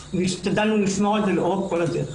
והשתדלנו לשמור על זה לאורך כל הדרך.